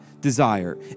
desire